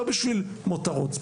לא בשביל מותרות.